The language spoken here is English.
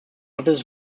offices